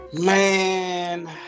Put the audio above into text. Man